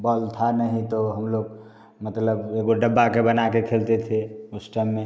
ball था नहीं तो हम लोग मतलब एको डब्बा के बना के खेलते थे उस टाइम में